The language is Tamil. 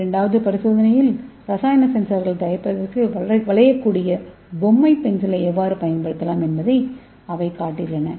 இரண்டாவது பரிசோதனையில் ரசாயன சென்சார்கள் தயாரிப்பதற்கு வளைக்கக்கூடிய பொம்மை பென்சிலை எவ்வாறு பயன்படுத்தலாம் என்பதை அவை காட்டியுள்ளன